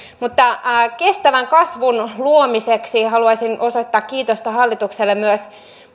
mutta kestävän kasvun luomiseksi haluaisin osoittaa kiitosta hallitukselle myös